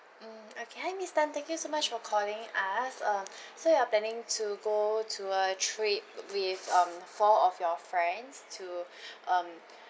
mm okay hi miss tan thank you so much for calling us uh so you're planning to go to a trip with um four of your friends to um